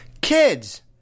kids